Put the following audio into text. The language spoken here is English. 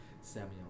Samuel